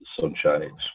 Sunshine